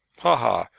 ha, ha!